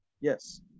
Yes